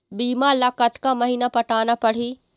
बीमा ला कतका महीना पटाना पड़ही?